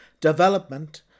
development